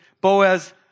Boaz